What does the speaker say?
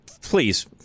please